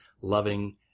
loving